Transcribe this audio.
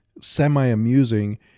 semi-amusing